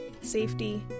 safety